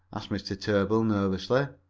asked mr. tarbill nervously.